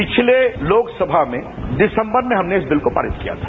पिछले लोकसभा में दिसंबर में हमने इस बिल को पारित किया था